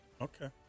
Okay